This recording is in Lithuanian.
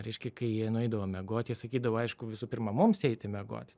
reiškia kai jie nueidavo miegot jie sakydavo aišku visų pirma mums eiti miegot